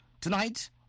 tonight